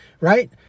right